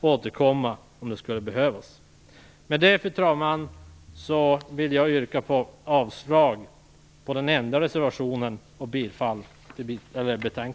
återkomma om så skulle behövas. Med detta, fru talman, yrkar jag avslag på den enda reservationen och bifall till utskottets hemställan.